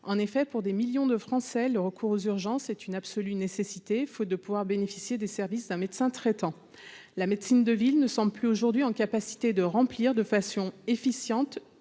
en effet pour des millions de Français, le recours aux urgences, c'est une absolue nécessité, faute de pouvoir bénéficier des services d'un médecin traitant, la médecine de ville ne sont plus aujourd'hui en capacité de remplir de façon efficiente,